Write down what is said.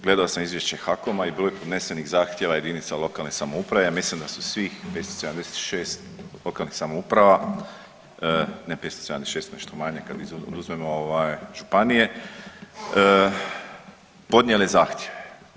Gledao sam izvješće HAKOM-a i bilo je podnesenih zahtjeva jedinica lokalne samouprave, ja mislim da su svih 576 lokalnih samouprava, ne 576 nešto manje kad oduzmemo županije podnijeli zahtjeve.